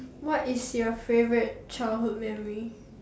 what is your favourite childhood memory